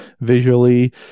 visually